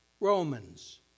Romans